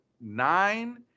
nine